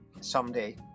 someday